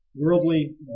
worldly